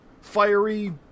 fiery